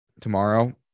tomorrow